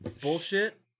bullshit